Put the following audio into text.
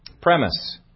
Premise